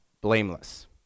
blameless